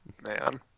Man